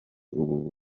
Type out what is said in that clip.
ubu